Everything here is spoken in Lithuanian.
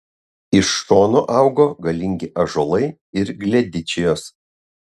iš šonų augo galingi ąžuolai ir gledičijos